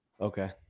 Okay